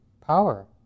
power